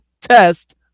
test